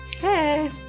Hey